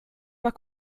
war